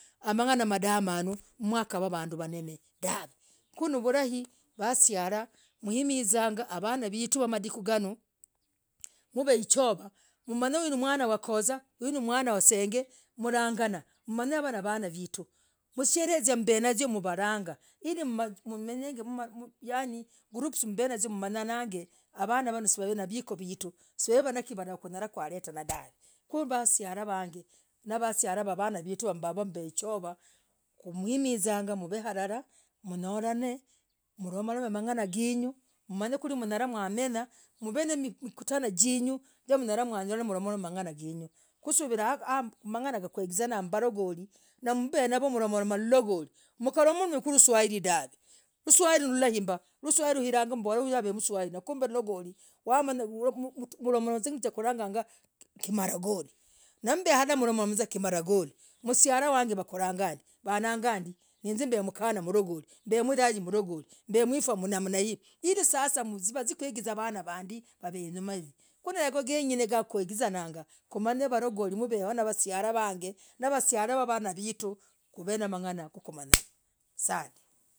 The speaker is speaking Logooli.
Amanganah madamanuu. mwakavaa, vanduu. vanene, dahvee. kunivurahi wasira mwimizagaa. avanaa. vietu, wamadiku nganooh. nivehichovaa. mmanyane n niwanaa. wakozah nimwana, wa senge, mlanganaa, mmanyane, n nimwanah! Mlanganaangah, groups neeyoo, mmanyane n vanavano. nivikhoo. vietu. Yani. kunyalah. kwaretana. dahvee. kumbasialah, vagee. na vasialah! Vetu, navanaa vietu. ku. mveichovah. mnyoleneh. mmolomemangana. genuu. mumany kuu. mramenya mve namikutano, vienu. kusuvira, manganah kugizanah kwavaragoli. na mbenavo mlamomah. lulagoli. aka. molomakhu. luswahili, dahv kulagaga kimagoli molomah vuzaa, kimagoli. vusilah vag wakulanga ndii. neeze mbemkanah. mgoli. mb. Moyai, mgoli. mbemwifaa. namnahi, hili sasa vazie kuigaa. vanaa vadii wainyumah hii nkokuigizah vanaa vag n agovuzah asante.